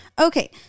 Okay